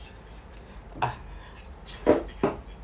uh